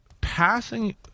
Passing